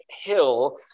hill